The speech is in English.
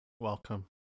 Welcome